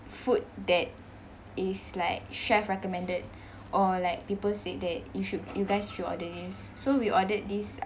food that is like chef recommended or like people said that you should you guys should order this so we ordered this